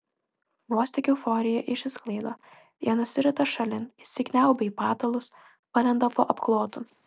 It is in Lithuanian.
vos tik euforija išsisklaido jie nusirita šalin įsikniaubia į patalus palenda po apklotu